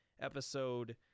episode